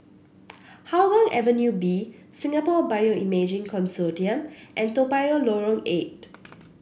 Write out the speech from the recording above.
Hougang Avenue B Singapore Bioimaging Consortium and Toa Payoh Lorong Eight